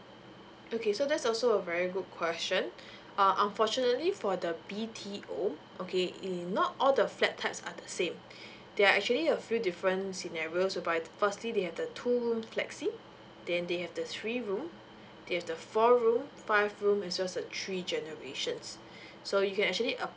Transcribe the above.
okay so that's also a very good question uh unfortunately for the B_T_O okay not all the flat types are the same there are actually a few different scenarios whereby firstly they have the two room flexi then they have the three room they have the four room five room as well as the three generations so you can actually uh